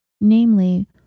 namely